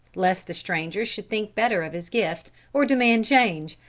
lest the stranger should think better of his gift, or demand change,